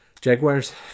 jaguars